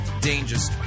dangerous